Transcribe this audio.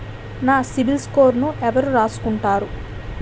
నా సిబిల్ స్కోరును ఎవరు రాసుకుంటారు